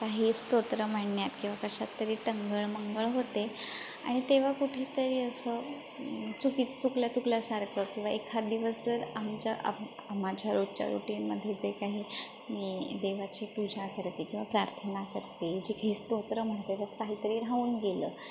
काही स्तोत्र म्हणण्यात किंवा कश्यात तरी टंगळमंगळ होते आणि तेव्हा कुठेतरी असं चुकीचं चुकल्या चुकल्यासारखं किंवा एखाद दिवस जर आमच्या आम् माझ्या रोजच्या रुटीन मध्ये जे काही मी देवाची पूजा करते किंवा प्रार्थना करते जे काही स्तोत्र म्हणते त्यात काही तरी राहून गेलं